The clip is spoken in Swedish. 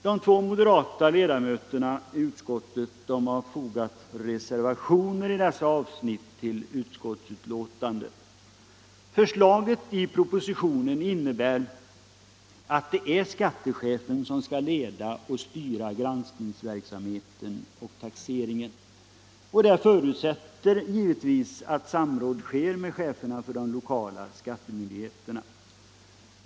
De två moderata ledamöterna i utskottet har i dessa avsnitt fogat reservationer till utskottsbetänkandet. Enligt propositionen är det skattechefen som skall leda och styra granskningsverksamheten och taxeringen. Det förutsätter givetvis att samråd sker med cheferna för de lokala skattemyndigheterna.